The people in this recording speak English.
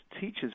teachers